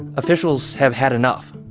officials have had enough.